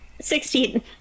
Sixteen